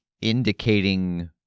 indicating